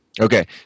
okay